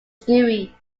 stewie